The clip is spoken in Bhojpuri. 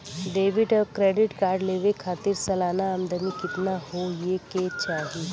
डेबिट और क्रेडिट कार्ड लेवे के खातिर सलाना आमदनी कितना हो ये के चाही?